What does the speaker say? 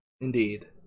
Indeed